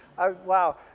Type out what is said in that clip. Wow